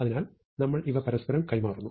അതിനാൽ നമ്മൾ ഇവ രണ്ടും പരസ്പരം കൈമാറുന്നു